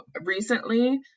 recently